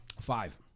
Five